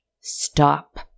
stop